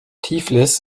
tiflis